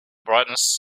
brightness